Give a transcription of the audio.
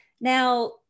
Now